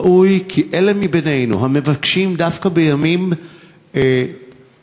ראוי כי אלה מבינינו המבקשים דווקא בימים אלה,